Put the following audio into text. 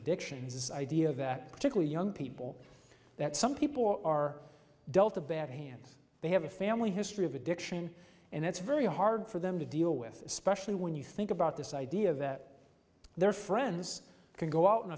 addictions this idea that particularly young people that some people are dealt a bad hand they have a family history of addiction and it's very hard for them to deal with especially when you think about this idea that their friends can go out